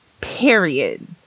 Period